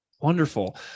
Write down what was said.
Wonderful